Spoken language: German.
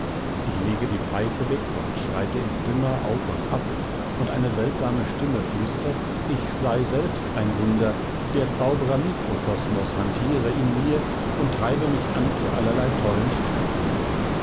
ich lege die pfeife weg und schreite im zimmer auf und ab und eine seltsame stimme flüstert ich sei selbst ein wunder der zauberer mikroksmus hantiere in mir und treibe mich an zu allerlei tollen streichen